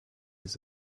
his